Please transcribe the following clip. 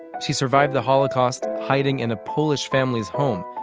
she survived the holocaust hiding in a polish family's home,